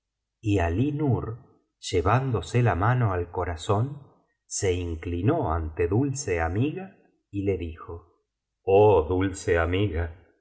y alí nur lie vándose la mano al corazón se inclinó ante dulceamiga y le dijo oh dulce amiga